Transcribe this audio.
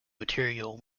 material